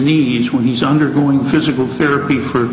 needs when he's undergoing physical therapy for